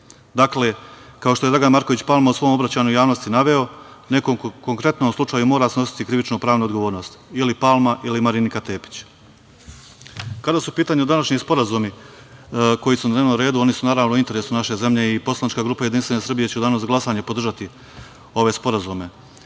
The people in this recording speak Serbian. zakona. Dakle, kao što je Dragan Marković Palma u svom obraćanju javnosti naveo, neko u konkretnom slučaju mora snositi krivično-pravnu odgovornost, ili Palma ili Marinika Tepić. Kada su u pitanju današnji sporazumi koji su na dnevnom redu, oni su, naravno, u interesu naše zemlje i poslanička grupa JS će u danu za glasanje podržati ove sporazume. Sporazum